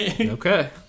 okay